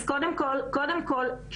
אז קודם כל, כן.